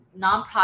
nonprofit